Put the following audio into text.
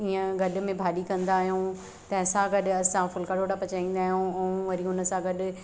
या गॾु में भाॼी कंदा आहियूं तंहिंसां गॾ असां फुलका डोडा पचाईंदा आहियूं ऐं वरी हुनसां गॾु